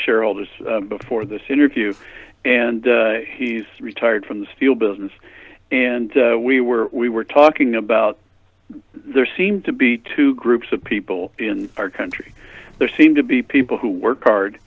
shareholders before this interview and he's retired from the steel business and we were we were talking about there seem to be two groups of people in our country there seem to be people who work hard